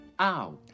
Ow